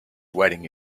wearing